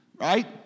right